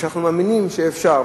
אנחנו מאמינים שאפשר.